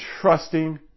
trusting